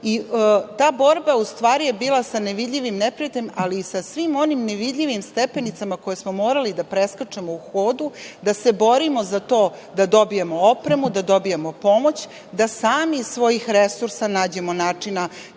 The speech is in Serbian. i ta borba je, u stvari, bila sa nevidljivim neprijateljem ali i sa svim onim nevidljivim stepenicama koje smo morali da preskačemo u hodu da se borimo za to da dobijemo opremu, da dobijemo pomoć, da sami iz svojih resursa nađemo načina